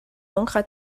manquera